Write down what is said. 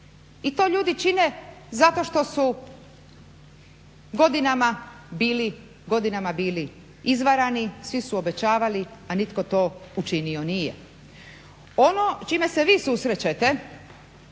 I to ljudi čine zato što su godinama bili izvarani, svi su obećavali, a nitko to učinio nije. Ono s čime se vi susrećete